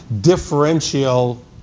differential